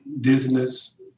dizziness